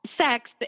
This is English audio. sex